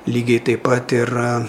lygiai taip pat yra